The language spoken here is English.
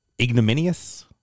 ignominious